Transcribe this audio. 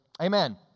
amen